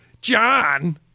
John